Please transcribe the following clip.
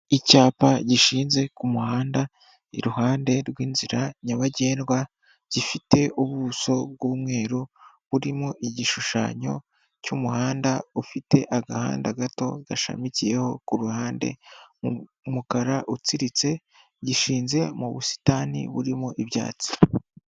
Icyapa gishinze ku muhanda iruhande rw'inzira nyabagendwa gifite ubuso bw'umweru burimo igishushanyo cy'umuhanda ufite agahanda gato gashamikiyeho ku ruhande umukara utsiritse gishinze mu busitani burimo ibyatsi.